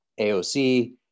AOC